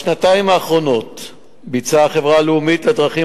בשנתיים האחרונות ביצעה החברה הלאומית לדרכים